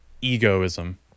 egoism